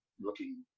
looking